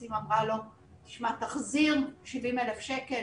לו להחזיר 70,000 שקל,